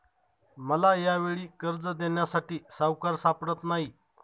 मला यावेळी कर्ज देण्यासाठी सावकार सापडत नाही